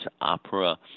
opera